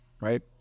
right